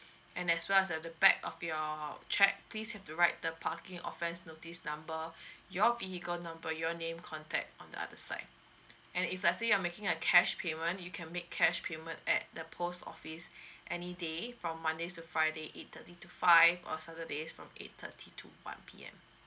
and as well as the the back of your cheque please have to write the parking offence notice number your vehicle number your name contact on the other side and if let's say you're making a cash payment you can make cash payment at the post office any day from mondays to friday eight thirty to five or saturdays from eight thirty to one P_M